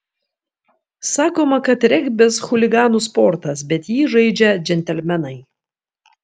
sakoma kad regbis chuliganų sportas bet jį žaidžia džentelmenai